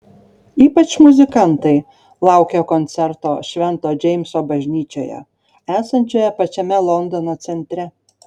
ypač muzikantai laukia koncerto švento džeimso bažnyčioje esančioje pačiame londono centre